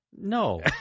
No